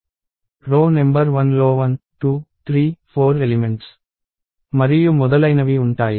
రో నెంబర్ 1లో 1 2 3 4 ఎలిమెంట్స్ మరియు మొదలైనవి ఉంటాయి